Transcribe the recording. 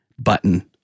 button